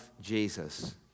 Jesus